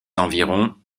environ